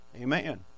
Amen